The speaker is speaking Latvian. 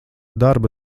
darba